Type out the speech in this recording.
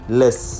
less